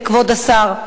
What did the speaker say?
כבוד השר,